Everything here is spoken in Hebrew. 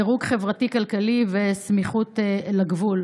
דירוג חברתי-כלכלי וסמיכות לגבול.